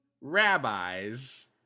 rabbis